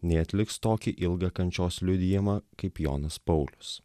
nei atliks tokį ilgą kančios liudijimą kaip jonas paulius